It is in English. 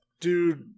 Dude